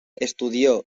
estudió